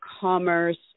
commerce